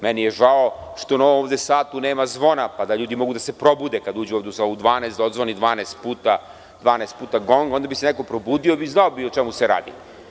Meni je žao što na ovom satu nema zvona, pa da ljudi mogu da se probude kada uđu ovde u salu u 12, da odzvoni 12 puta gong i onda bi se neko probudio i znao bi o čemu se radi.